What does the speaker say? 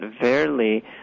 verily